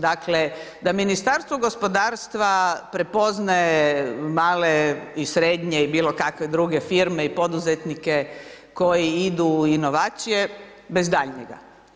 Dakle, da Ministarstvo gospodarstva prepoznaje male i srednje i bilo kakve druge firme i poduzetnike koji idu u inovacije bez daljnjega.